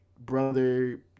brother